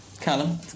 Callum